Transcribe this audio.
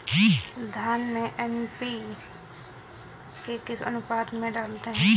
धान में एन.पी.के किस अनुपात में डालते हैं?